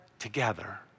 together